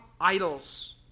idols